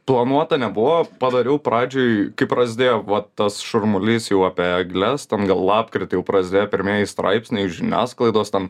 planuota nebuvo padariau pradžiai kaip prasidėjo vat tas šurmulys jau apie egles ten gal lapkritį jau prasidėjo pirmieji straipsniai žiniasklaidos tam